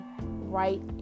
right